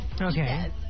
Okay